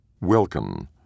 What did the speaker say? Welcome